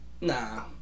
Nah